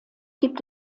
gibt